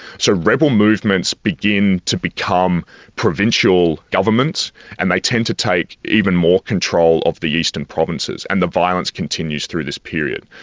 so rebel movements begin to become provincial governments and they tend to take even more control of the eastern provinces. and the violence continues through this period.